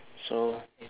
so